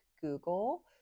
Google